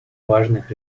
важных